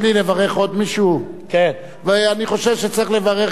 אני חושב שצריך לברך גם את יושב-ראש ועדת העבודה והרווחה.